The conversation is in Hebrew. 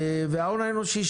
וההון האנושי,